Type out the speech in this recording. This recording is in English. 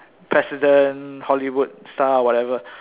president Hollywood star whatever